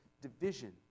division